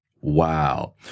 Wow